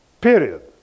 Period